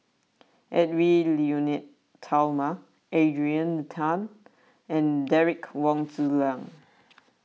Edwy Lyonet Talma Adrian Tan and Derek Wong Zi Liang